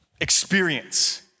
experience